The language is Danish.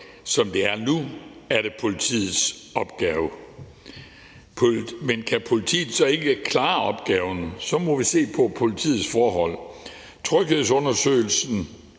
som det er nu, er det politiets opgave. Kan politiet så ikke klare opgaven, må vi se på politiets forhold. Tryghedsundersøgelsen,